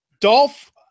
Dolph